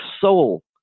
soul